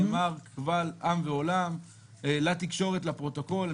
נאמר קבל עם ועולם לתקשורת ולפרוטוקול.